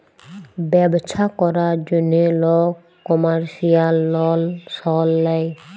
ব্যবছা ক্যরার জ্যনহে লক কমার্শিয়াল লল সল লেয়